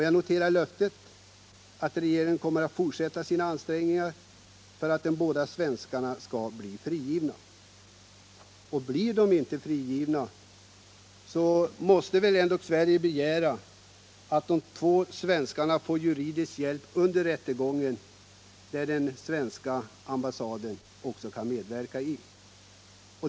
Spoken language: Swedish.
Jag noterar löftet att regeringen kommer att fortsätta sina ansträng ningar för att de båda svenskarna skall bli frigivna. Blir de inte frigivna måste väl ändå Sverige begära att de två svenskarna får juridisk hjälp under rättegången, där den svenska ambassaden också bör kunna medverka.